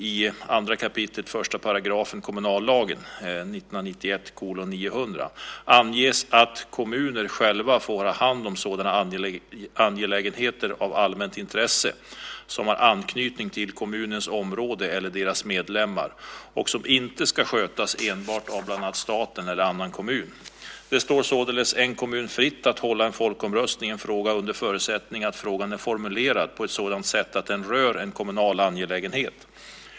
I 2 kap. 1 § kommunallagen anges att kommuner själva får ha hand om sådana angelägenheter av allmänt intresse som har anknytning till kommunens område eller deras medlemmar och som inte ska skötas enbart av bland annat staten eller annan kommun. Det står således en kommun fritt att hålla en folkomröstning i en fråga under förutsättning att frågan är formulerad på ett sådant sätt att den rör en kommunal angelägenhet.